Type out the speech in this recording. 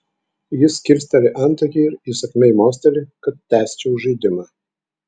jis kilsteli antakį ir įsakmiai mosteli kad tęsčiau žaidimą